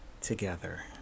together